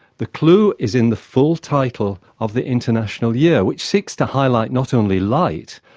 the clue is in the full title of the international year, which seeks to highlight not only light,